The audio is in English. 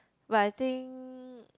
but I think